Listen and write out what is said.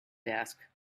desk